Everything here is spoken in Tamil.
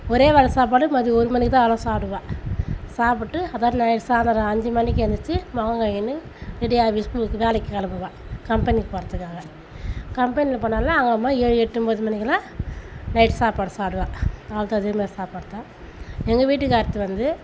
ஒரே வேளை சாப்பாடு மதியம் ஒரு மணிக்கு தான் அவளும் சாப்பிடுவா சாப்பிட்டு அப்புறம் நைட் சாயந்தரம் அஞ்சு மணிக்கு எழுந்திருச்சி முகம் கழுவிக்கினு ரெடியாக ஆபீஸுக்கு வேலைக்கு கிளம்புவா கம்பெனிக்கு போகிறத்துக்காக கம்பெனியில் போனாலும் அங்கே ஏழு எட்டு ஒம்போது மணிக்கெல்லாம் நைட்டு சாப்பாடு சாப்பிடுவா அவளுக்கும் அதே மாதிரி சாப்பாடு தான் எங்கள் வீட்டுக்காரருக்கு வந்து